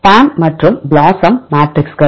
PAM மற்றும் BLOSUM மேட்ரிக்ஸ்கள்